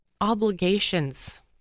obligations